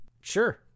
sure